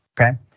okay